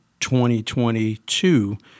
2022